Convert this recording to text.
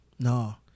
No